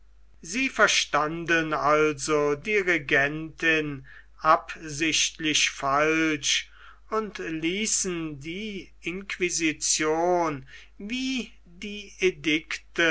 sie verstanden also die regentin absichtlich falsch und ließen die inquisition wie die